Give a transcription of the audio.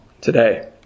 today